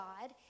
God